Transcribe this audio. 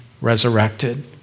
resurrected